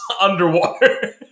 underwater